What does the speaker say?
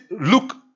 look